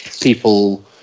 people